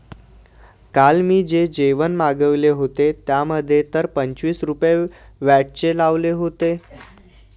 काल मी जे जेवण मागविले होते, त्यामध्ये तर पंचवीस रुपये व्हॅटचेच लावले होते